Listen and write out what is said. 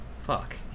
fuck